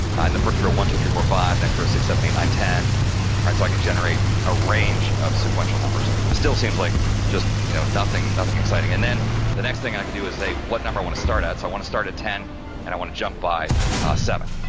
in the first row one, two, three, four, five next row six, seven, eight, nine, ten. all right, so i can generate a range of sequential numbers, still seems like just, you know, nothing nothing, exciting and then the next thing, i can do is say, what number i want to start at. so, i want to start at ten and i want to jump by seven.